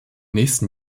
nächsten